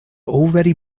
already